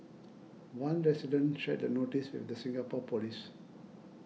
one resident shared the notice with the Singapore police